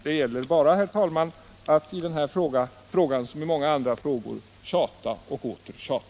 Det gäller bara, herr talman, att i den här frågan liksom i många andra tjata och åter tjata.